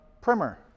primer